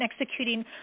executing